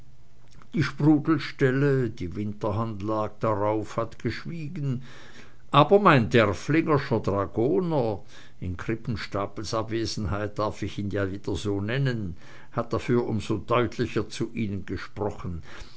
die sprudelstelle die winterhand lag darauf hat geschwiegen aber mein derfflingerscher dragoner in krippenstapels abwesenheit darf ich ihn ja wieder so nennen hat dafür um so deutlicher zu ihnen gesprochen